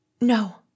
No